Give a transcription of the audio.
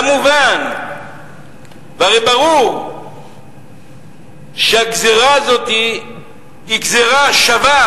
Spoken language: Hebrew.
כמובן, הרי ברור שהגזירה הזאת היא גזירה שווה,